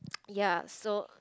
ya so